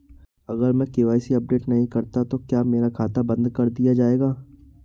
अगर मैं KYC update नहीं करता तो क्या मेरा खाता बंद कर दिया जाएगा?